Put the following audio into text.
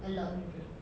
a lot